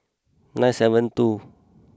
nine seven two